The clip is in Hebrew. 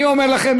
אני אומר לכם,